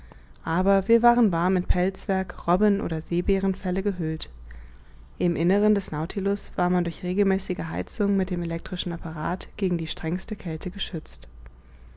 aber wir waren warm in pelzwerk robben oder seebärenfelle gehüllt im inneren des nautilus war man durch regelmäßige heizung mit dem elektrischen apparat gegen die strengste kälte geschützt